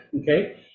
okay